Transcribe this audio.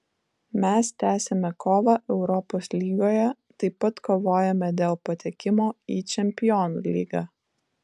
mes tęsiame kovą europos lygoje taip pat kovojame dėl patekimo į čempionų lygą